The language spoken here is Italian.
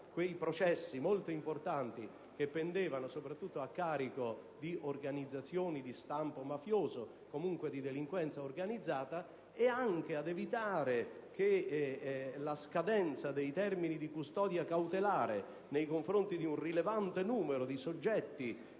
quei processi molto importanti che pendevano, soprattutto a carico di organizzazioni di stampo mafioso o comunque di delinquenza organizzata, ed anche ad evitare che la scadenza dei termini di custodia cautelare nei confronti di un rilevante numero di soggetti